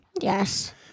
Yes